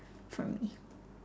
for me